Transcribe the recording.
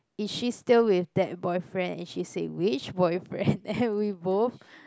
is she still with that boyfriend and she said which boyfriend and we both